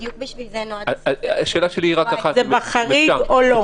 בדיוק בשביל זה נועד --- זה בחריג או לא?